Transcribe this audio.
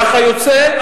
כך יוצא,